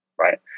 right